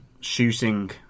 shooting